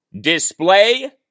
Display